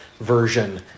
version